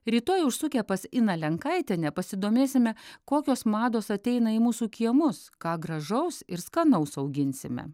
rytoj užsukę pas ina lenkaitienė pasidomėsime kokios mados ateina į mūsų kiemus ką gražaus ir skanaus auginsime